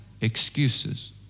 Excuses